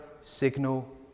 signal